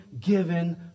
given